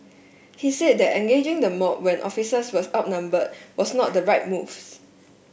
he said that engaging the mob when officers were outnumbered was not the right moves